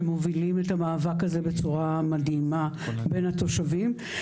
שמובילים את המאבק הזה בצורה מדהימה בין התושבים.